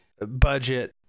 budget